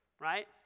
right